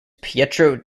pietro